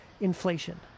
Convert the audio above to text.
inflation